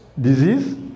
disease